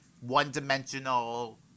one-dimensional